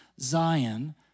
Zion